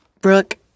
Brooke